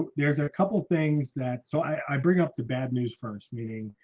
um there's a couple things that so i bring up the bad news first meeting,